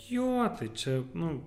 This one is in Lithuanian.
jo čia nu